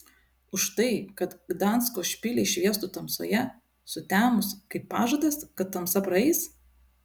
už tai kad gdansko špiliai šviestų tamsoje sutemus kaip pažadas kad tamsa praeis